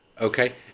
okay